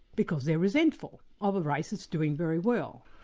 because they're resentful of a race that's doing very well.